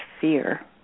fear